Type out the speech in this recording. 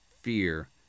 fear